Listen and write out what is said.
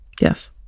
Yes